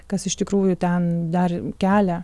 kas iš tikrųjų ten dar kelia